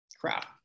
Crap